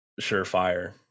surefire